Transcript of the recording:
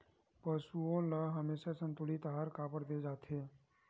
पशुओं ल हमेशा संतुलित आहार काबर दे जाथे?